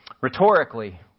rhetorically